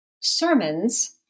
Sermons